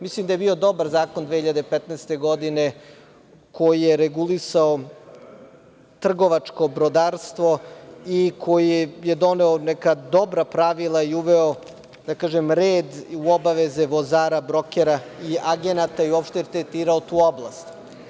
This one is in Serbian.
Mislim da je bio dobar zakon 2015. godine koji je regulisao trgovačko brodarstvo i koji je doneo neka dobra pravila i uveo, da kažem, red i obaveze vozara, brokera i agenata i uopšte tretirao tu oblast.